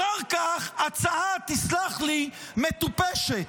--- אחר כך, ההצעה, תסלח לי, מטופשת.